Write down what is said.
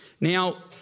Now